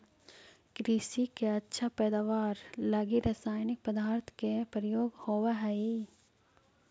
कृषि के अच्छा पैदावार लगी रसायनिक पदार्थ के प्रयोग होवऽ हई